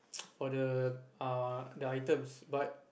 for the uh the items but